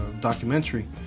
documentary